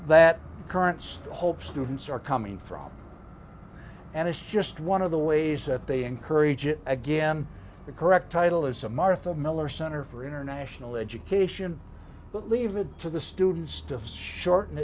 that current's hope students are coming from and it's just one of the ways that they encourage it again the correct title is a martha miller center for international education but leave it to the students stiff shorten